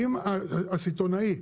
אם הסיטונאי,